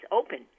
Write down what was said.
open